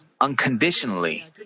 unconditionally